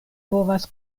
povas